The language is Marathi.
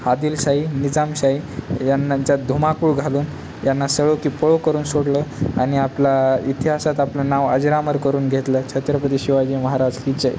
आदिलशाही निजामशाही यांनाचा धुमाकूळ घालून यांना सळो की पळो करून सोडलं आणि आपला इतिहासात आपलं नाव अजरामर करून घेतलं छत्रपती शिवाजी महाराज हिचे